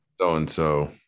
So-and-so